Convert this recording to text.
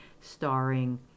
starring